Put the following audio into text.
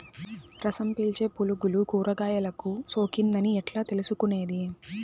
రసం పీల్చే పులుగులు కూరగాయలు కు సోకింది అని ఎట్లా తెలుసుకునేది?